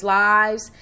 lives